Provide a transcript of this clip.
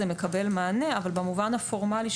אבל במובן הפורמלי,